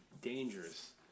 dangerous